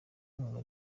inkunga